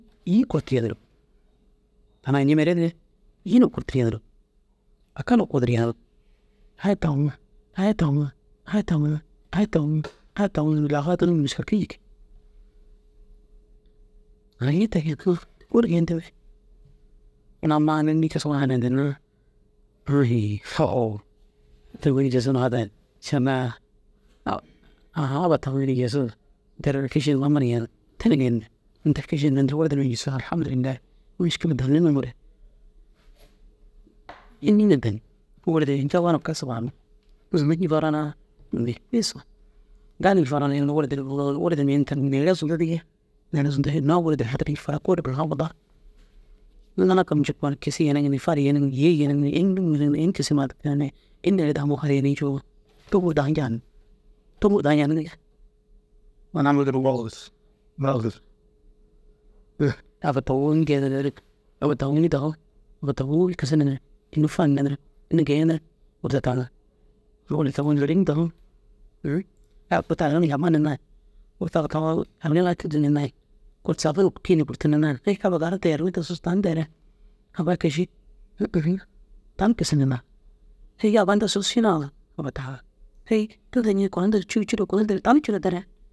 Îyi kurtur yenirig, tan añimare dige, yî na kurtur yrnirig, aka na kuudur yenirig. Aya taŋu aya taŋu, aya taŋu, aya ya taŋu nirigaa fadirii kii jikii. Añii te še kii kôoli geentimmi. Unnu ammaa ginna înnii kisiŋo na hanayintinnaa, aâ hêi te ini tigisuu nufadaar ni. Šallaa aba taŋu ini jigisuu nterere kiši numa amma ru yeniŋ te na geenimmi. Inta kiši numa duro ini tira wurde numa gisoo alhamdulilay mîškila danni nuŋoore înni na danni. Kôoli ncawoo na kassi baammi. Zuntu ncufaroo na nûŋummi kui usso. Gal ni fa na yen wurde nuruu wurde numa ini tira neere zuntu dige, neere zuntu hinnoo wurde ini tira ncufaroo kôoli. Ŋila kam ncikoo na kisim yeniŋ ni, fari yeniŋ, yê yeniŋ, înni gisoo na ini kisima ini ini neere daguma fari yenii ncoo tômur daa ncawinni, tômur daa ncawinni dige. Unnu duro Aba taŋuu înni geenir ninirig, aba taŋuu înni dagum, înni kisir ninirig, înni fadir ninirig, înni geenirig, wurde taŋa, wurde taŋu neere înni dagum, uũ ai kurtu aligi numa jammur ninaar, kurtu aba taŋu aligi numa ai tûllur ninaar ni, kurtu sabun kîinir kurtur ninaar ni, hêi aba garru inta yerrimmi suus tan dere. Aba a ke ši, ũũ hũ tan kisir ninaar ni, hêi aba inta suus ši naazig aba taŋa. Hêi cûro ner kunno nterig tani cûro dere.